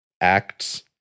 acts